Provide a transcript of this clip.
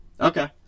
Okay